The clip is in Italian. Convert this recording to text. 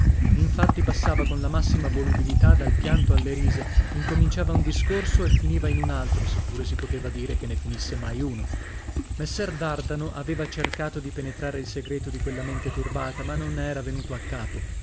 infatti passava con la massima volubilità dal pianto alle risa incominciava un discorso o finiva in un altro se pure si poteva dire che ne finisse mai uno messer dardano aveva cercato di penetrare il segreto di quella mente turbata ma non ne era venuto a capo